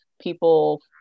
people